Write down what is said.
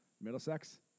Middlesex